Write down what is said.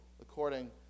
according